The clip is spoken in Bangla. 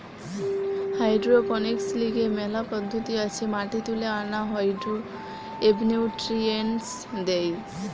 হাইড্রোপনিক্স লিগে মেলা পদ্ধতি আছে মাটি তুলে আনা হয়ঢু এবনিউট্রিয়েন্টস দেয়